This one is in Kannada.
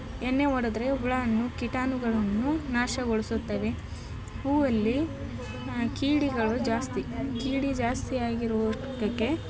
ಎಣ್ಣೆ ಹೊಡೆದ್ರೆ ಹುಳವನ್ನು ಕೀಟಾಣುಗಳನ್ನು ನಾಶಗೊಳಿಸುತ್ತವೆ ಹೂವಲ್ಲಿ ಕೀಡಿಗಳು ಜಾಸ್ತಿ ಕೀಡಿ ಜಾಸ್ತಿ ಆಗಿರುವುದಕ್ಕೆ